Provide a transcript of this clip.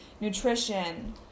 nutrition